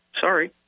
sorry